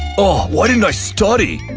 ah why didn't i study!